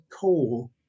coal